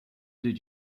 did